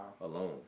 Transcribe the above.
alone